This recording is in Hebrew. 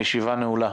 הישיבה נעולה.